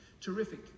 terrific